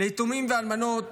ליתומים ולאלמנות